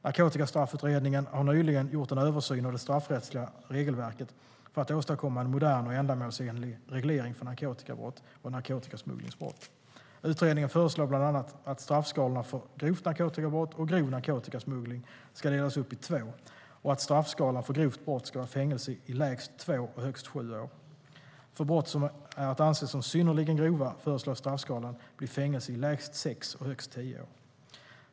Narkotikastraffutredningen har nyligen gjort en översyn av det straffrättsliga regelverket för att åstadkomma en modern och ändamålsenlig reglering för narkotikabrott och narkotikasmugglingsbrott. Utredningen föreslår bland annat att straffskalorna för grovt narkotikabrott och grov narkotikasmuggling ska delas upp i två och att straffskalan för grovt brott ska vara fängelse i lägst två och högst sju år. För brott som är att anse som synnerligen grova föreslås straffskalan bli fängelse i lägst sex och högst tio år.